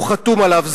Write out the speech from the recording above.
הוא חתום עליו,